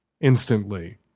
instantly